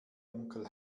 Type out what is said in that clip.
onkel